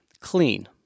clean